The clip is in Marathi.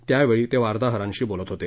त्यावेळी ते वार्ताहरांशी बोलत होते